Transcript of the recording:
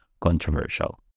controversial